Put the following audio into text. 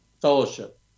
fellowship